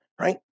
right